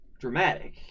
dramatic